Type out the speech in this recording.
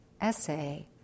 essay